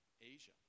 Asia